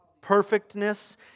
perfectness